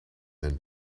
than